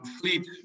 fleet